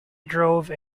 drove